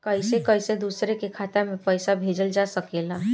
कईसे कईसे दूसरे के खाता में पईसा भेजल जा सकेला?